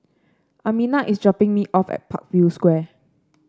Amina is dropping me off at Parkview Square